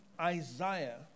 Isaiah